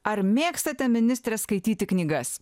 ar mėgstate ministre skaityti knygas